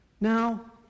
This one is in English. Now